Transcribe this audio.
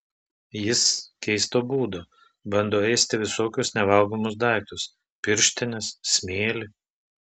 jis keisto būdo bando ėsti visokius nevalgomus daiktus pirštines smėlį